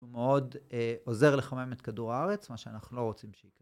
הוא מאוד עוזר לחמם את כדור הארץ, מה שאנחנו לא רוצים שיקרה.